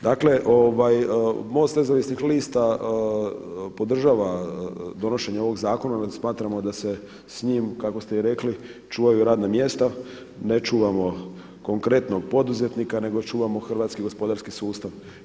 Dakle MOST Nezavisnih lista podržava donošenje ovog zakona jer smatramo da se s njim, kako ste i rekli čuvaju radna mjesta, ne čuvamo konkretno poduzetnika nego čuvamo hrvatski gospodarski sustav.